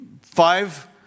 five